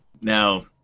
Now